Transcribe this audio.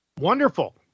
Wonderful